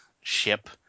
ship